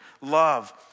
Love